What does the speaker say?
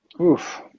Oof